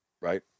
right